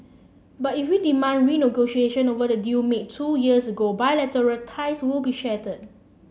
but if we demand renegotiation over the deal made two years ago bilateral ties will be shattered